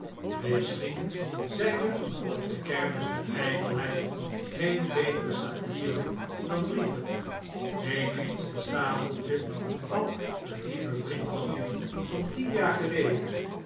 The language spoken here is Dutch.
misschien zijn er op de kermis der ijdelheid geen betere satiren dan brieven neem eens een stapeltje van een lieven vriend van u van tien jaar geleden